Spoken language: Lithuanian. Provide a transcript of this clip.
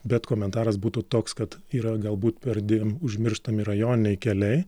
bet komentaras būtų toks kad yra galbūt perdėm užmirštami rajoniniai keliai